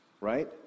right